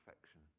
perfection